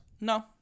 No